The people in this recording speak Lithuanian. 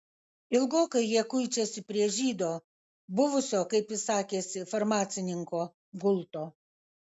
ilgokai jie kuičiasi prie žydo buvusio kaip jis sakėsi farmacininko gulto